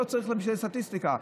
לא צריך בשביל זה סטטיסטיקה,